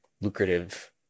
lucrative